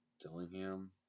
Dillingham